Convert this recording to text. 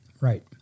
Right